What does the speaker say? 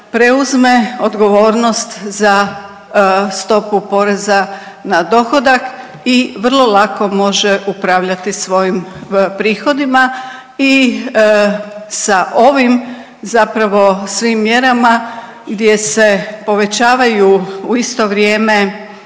preuzme odgovornost za stopu poreza na dohodak i vrlo lako može upravljati svojim prihodima i sa ovim zapravo svim mjerama gdje se povećavaju u isto vrijeme